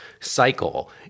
cycle